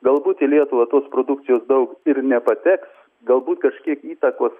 galbūt į lietuvą tos produkcijos daug ir nepateks galbūt kažkiek įtakos